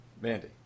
Mandy